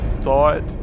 thought